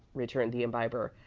returned the imbiber.